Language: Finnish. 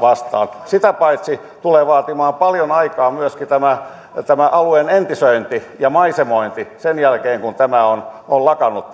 vastaan sitä paitsi tulee vaatimaan paljon aikaa myöskin tämä tämä alueen entisöinti ja maisemointi sen jälkeen kun tämä toiminta on lakannut